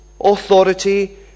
authority